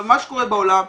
מה שקורה בעולם,